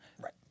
Right